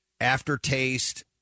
aftertaste